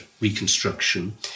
reconstruction